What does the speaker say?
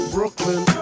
Brooklyn